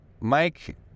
Mike